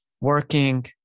working